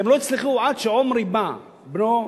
הם לא הצליחו, עד שעמרי בא, בנו,